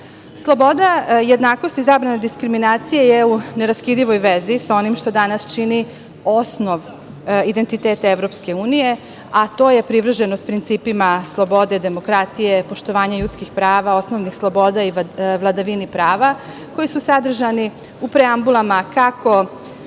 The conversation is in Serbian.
godine. Sloboda jednakosti i zabrana diskriminacije je u neraskidivoj vezi sa onim što danas čini osnov identiteta EU, a to je privrženost principima slobode, demokratije, poštovanja ljudskih prava, osnovnih sloboda i vladavini prava, koji su sadržani u preambulama kako